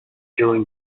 during